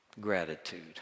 Gratitude